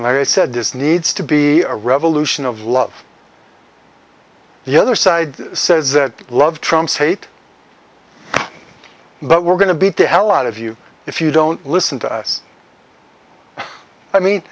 and i said this needs to be a revolution of love the other side says that love trumps hate but we're going to beat the hell out of you if you don't listen to us i mean